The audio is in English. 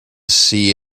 see